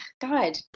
God